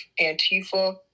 antifa